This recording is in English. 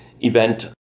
event